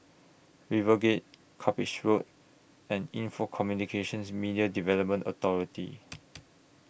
RiverGate Cuppage Road and Info Communications Media Development Authority